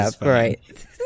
right